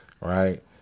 right